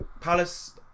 Palace